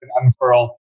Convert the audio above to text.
unfurl